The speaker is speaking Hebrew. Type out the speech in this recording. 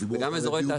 וגם אזורי תעסוקה.